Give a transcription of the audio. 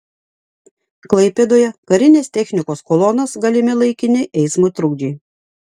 klaipėdoje karinės technikos kolonos galimi laikini eismo trukdžiai